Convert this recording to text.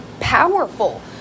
powerful